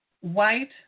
White